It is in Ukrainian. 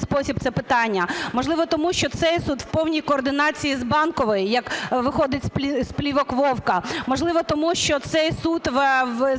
спосіб це питання? Можливо, тому що цей суд в повній координації з Банковою, як виходить з плівок Вовка, можливо, тому, що цей суд